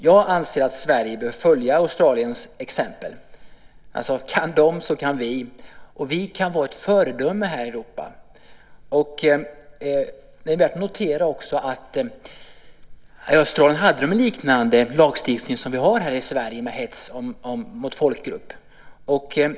Jag anser att Sverige bör följa Australiens exempel. Kan de så kan vi. Vi kan vara ett föredöme här i Europa. Det är också värt att notera att Australien hade en liknande lagstiftning som den vi har här i Sverige om hets mot folkgrupp.